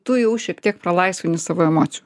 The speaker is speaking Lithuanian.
tu jau šiek tiek palaisvinti savo emocijų